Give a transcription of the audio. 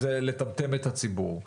זה לטמטם את הציבור.